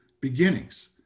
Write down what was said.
beginnings